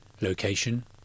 location